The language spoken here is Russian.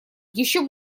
еще